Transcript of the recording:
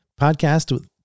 podcast